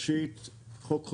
יחיא ד"ר, מנהל תחום